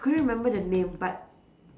I couldn't remember the name but